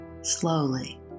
slowly